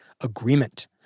agreement